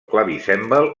clavicèmbal